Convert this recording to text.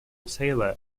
sailor